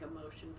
emotion